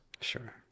Sure